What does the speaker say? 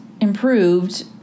improved